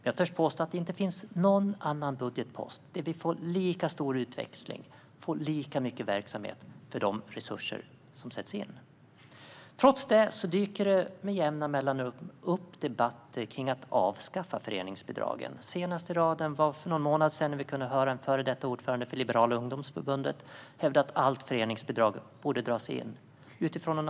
Jag törs påstå att det inte finns någon annan budgetpost där vi får lika stor utväxling och lika mycket verksamhet för de resurser som sätts in. Trots detta dyker det med jämna mellanrum upp debatter om att avskaffa föreningsbidragen. Senast i raden kom för någon månad sedan då vi kunde höra en före detta ordförande för Liberala ungdomsförbundet framföra att allt föreningsbidrag borde dras tillbaka.